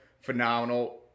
phenomenal